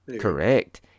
Correct